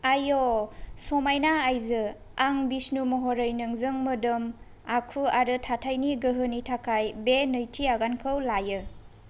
आय' समायना आइजो आं विष्णु महरै नोंजों मोदोम आखु आरो थाथायनि गोहोनि थाखाय बे नैथि आगानखौ लायो